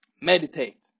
Meditate